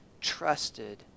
trusted